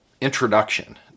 introduction